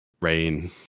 Rain